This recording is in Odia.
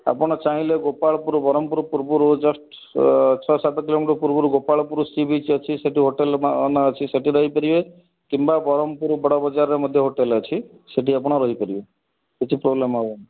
ଆପଣ ଚାହିଁଲେ ଗୋପାଳପୁର ବ୍ରହ୍ମପୁର ପୂର୍ବରୁ ଜଷ୍ଟ ଛ ସାତ କିଲୋମିଟର ପୂର୍ବରୁ ଗୋପାଳପୁର ସି ବିଚ୍ ଅଛି ସେଇଠି ହୋଟେଲ୍ ମାନ ଅଛି ସେଠି ରହିପାରିବେ କିମ୍ବା ବ୍ରହ୍ମପୁର ବଡ଼ ବଜାରେ ମଧ୍ୟ ହୋଟେଲ୍ ଅଛି ସେଇଠି ଆପଣ ରହିପାରିବେ କିଛି ପ୍ରୋବ୍ଲେମ୍ ହେବନି